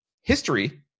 history